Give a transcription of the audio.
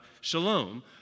shalom